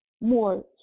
more